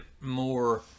more